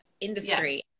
industry